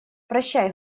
прощай